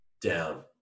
down